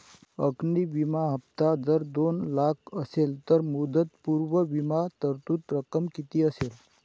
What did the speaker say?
अग्नि विमा हफ्ता जर दोन लाख असेल तर मुदतपूर्व विमा तरतूद रक्कम किती असेल?